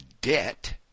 Debt